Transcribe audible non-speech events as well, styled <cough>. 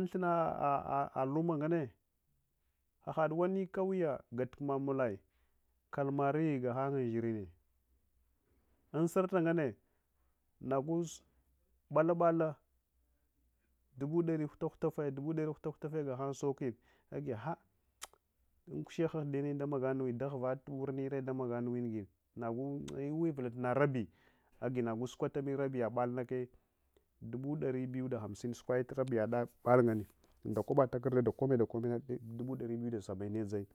Unthunna <hesitation> luma nganne ahawani kauye gattuma mulai kalmari gahanye inshirine ansarta nganne, nagus bala bala ɗubu ɗari hutaf hutafye <unintelligible> gahan sokinne agi tsa <noise> ankusheh ahɗiyana ɗamagatunuya ɗahuva warnine nagu kormi ɗamaganuwine awivula narabi sukwatani narabiya balna kaya ɗubu ɗaribiyu da hamsin ndawaba takarda əakamna sukwaye tu rabiya bal nganne kame dubu ɗari biyu ɗasaba’in dzai